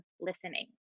listening